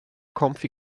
comfy